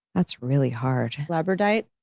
that's really hard. labradorite?